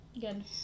Good